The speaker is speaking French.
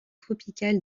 tropicales